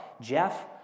Jeff